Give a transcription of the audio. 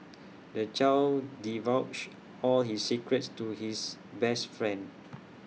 the child divulged all his secrets to his best friend